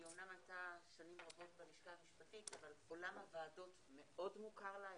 היא אמנם הייתה שנים רבות בלשכה המשפטית אבל עולם הוועדות מאוד מוכר לה,